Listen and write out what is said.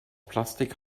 plastik